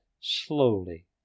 slowly